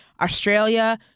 Australia